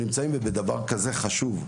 על אחת כמה וכמה כשזה נושא שהוא כזה חשוב.